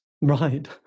Right